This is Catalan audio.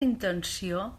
intenció